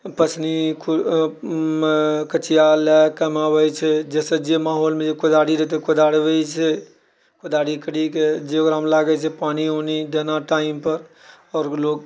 कचिया लए कमाबैत छै जैसे जे माहौलमे कोदारि रहय तऽ कोदारि करिके जे ओकरामे लागैत छै पानि उनि देना टाइमपर आओर लोक